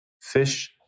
Fish